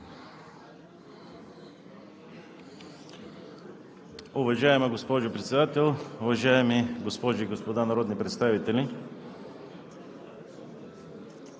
Уважаема госпожо Председател, уважаеми госпожи и господа народни представители!